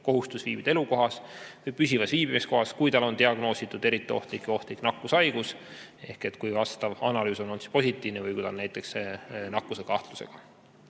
kohustus viibida oma elukohas või püsivas viibimiskohas, kui tal on diagnoositud eriti ohtlik või ohtlik nakkushaigus ehk kui vastav analüüs on olnud positiivne või kui ta on näiteks selle nakkuse kahtlusega.